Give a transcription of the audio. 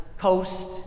coast